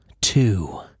Two